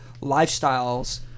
lifestyles